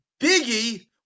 Biggie